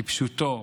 כפשוטו,